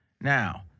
Now